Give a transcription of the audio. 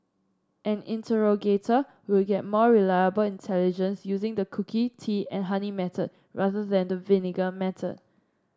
an interrogator will get more reliable intelligence using the cookie tea and honey method rather than the vinegar method